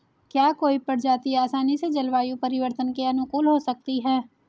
क्या कोई प्रजाति आसानी से जलवायु परिवर्तन के अनुकूल हो सकती है?